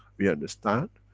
we understand,